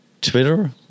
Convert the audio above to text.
Twitter